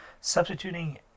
substituting